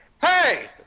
hey